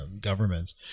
governments